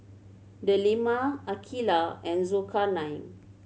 Delima Aqeelah and Zulkarnain